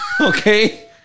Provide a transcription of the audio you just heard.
Okay